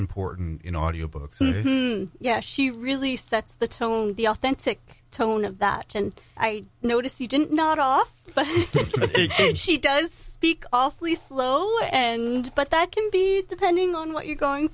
important in audiobooks yes she really sets the tone the authentic tone of that and i notice you didn't not off but she does speak softly slowly and but that can be depending on what you're going